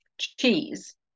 cheese